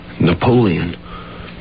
Napoleon